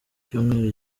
cyumweru